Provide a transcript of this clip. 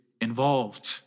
involved